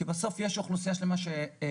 כי יש אוכלוסייה שלמה שלא